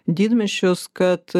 didmiesčius kad